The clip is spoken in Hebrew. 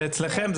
זה אצלכם.